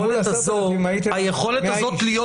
היכולת הזאת --- מול 10,000 הייתם 100 איש.